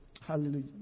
Hallelujah